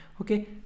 okay